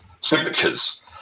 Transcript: signatures